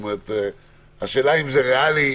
השאלה אם זה ריאלי.